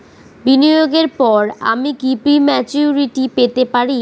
বিনিয়োগের পর আমি কি প্রিম্যচুরিটি পেতে পারি?